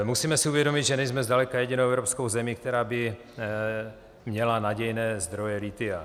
Musíme si uvědomit, že nejsme zdaleka jedinou evropskou zemí, která by měla nadějné zdroje lithia.